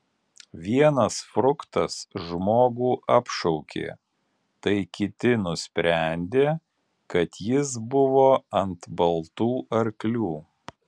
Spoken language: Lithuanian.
vienas fruktas žmogų apšaukė tai kiti nusprendė kad jis buvo ant baltų arklių